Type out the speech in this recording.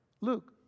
Luke